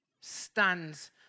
stands